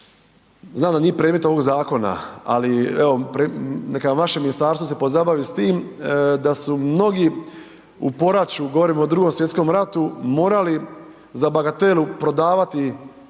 znam da nije predmet ovog zakona, ali evo neka vaše ministarstvo se pozabavi s tim, da su mnogi u poraću govorim o Drugom svjetskom ratu morali za bagatelu prodavati